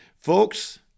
Folks